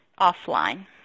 offline